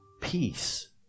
peace